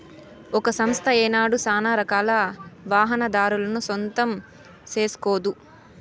ఒక సంస్థ ఏనాడు సానారకాల వాహనాదారులను సొంతం సేస్కోదు